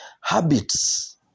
Habits